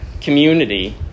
community